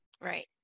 right